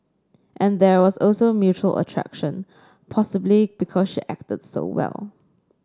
and there was also mutual attraction possibly because she acted so well